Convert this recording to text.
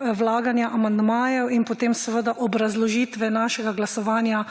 vlaganja amandmajev in potem seveda obrazložitve našega glasovanja,